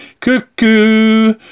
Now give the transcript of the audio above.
cuckoo